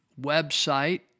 website